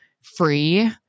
free